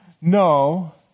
No